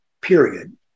period